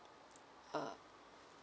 uh